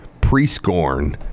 Prescorn